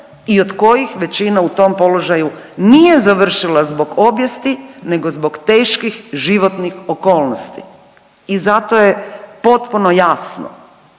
i od kojih većina u tom položaju nije završila zbog obijesti nego zbog teških životnih okolnosti i zato je potpuno jasno,